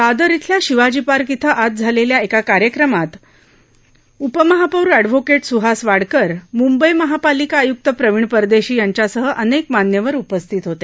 दादर इथल्या शिवाजी पार्क इथं आज झालेल्या एका कार्यक्रमात उपमहापौर एडव्होकेट सुहास वाडकर मूंबई महापालिका आय्क्त प्रवीण परदेशी यांच्यासह अनेक मान्यवर उपस्थित होते